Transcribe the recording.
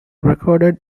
recorded